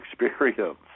experience